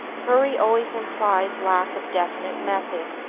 hurry always implies lack of definite method,